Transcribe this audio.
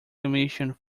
commission